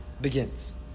begins